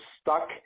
stuck